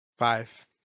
five